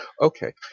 Okay